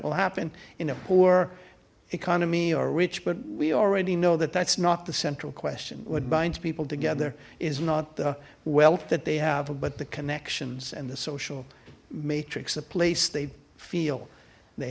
will happen in a poor economy or rich but we already know that that's not the central question what binds people together is not the wealth that they have but the connections and the social matrix a place they feel they